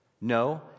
No